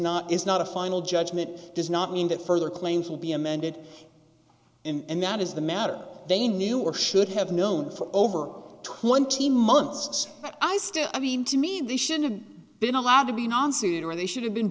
not is not a final judgment does not mean that further claims will be amended and that is the matter they knew or should have known for over twenty months i still i mean to me this should have been allowed to be monsoon and they should have been